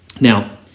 Now